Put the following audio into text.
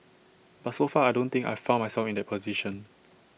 but so far I don't think I've found myself in that position